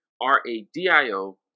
R-A-D-I-O